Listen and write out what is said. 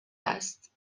است